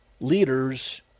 leaders